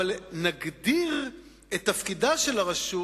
אבל נגדיר את תפקידה של הרשות,